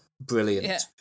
brilliant